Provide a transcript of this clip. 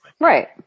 Right